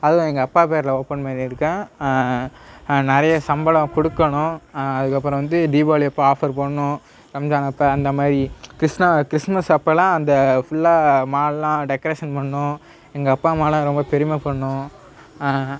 அதுவும் எங்கள் அப்பா பேரில் ஓப்பன் பண்ணி இருக்கேன் நிறைய சம்பளம் கொடுக்கணும் அதுக்கப்புறம் வந்து தீபாவளி அப்போ ஆஃபர் போடணும் ரம்ஜான் அப்போ அந்தமாதிரி கிருஷ்ணா கிறிஸ்மஸ் அப்போலாம் அந்த ஃபுல்லா மால் எல்லாம் டெக்கரேஷன் பண்ணனும் எங்கள் அப்பா அம்மாலாம் ரொம்ப பெருமை படனும்